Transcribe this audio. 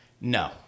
No